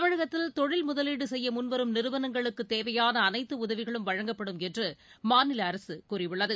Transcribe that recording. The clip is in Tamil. தமிழகத்தில் தொழில் முதலீடுசெய்யமுன்வரும் நிறுவனங்களுக்குதேவையானஅனைத்துஉதவிகளும் வழங்கப்படும் என்றுமாநிலஅரசுகூறியுள்ளது